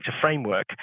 framework